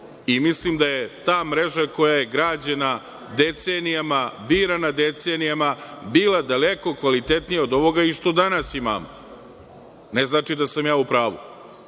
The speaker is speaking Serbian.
i mislim da je ta mreža koja je građena decenijama, birana decenijama, bila daleko kvalitetnija od ovoga i što danas imamo. Ne znači da sam ja u pravu,